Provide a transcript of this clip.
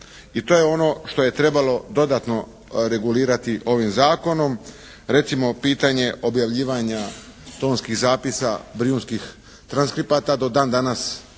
i to je ono što je trebalo dodatno regulirati ovim zakonom. Recimo pitanje objavljivanja tonskih zapisa brijunskih transkripata do dan danas